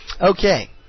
Okay